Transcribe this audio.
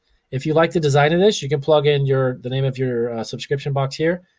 if you like the design of this you can plug in your, the name of your subscription box here.